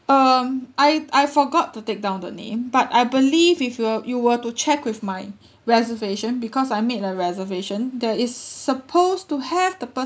um I I forgot to take down the name but I believe if you were you were to check with my reservation because I made a reservation there is supposed to have the person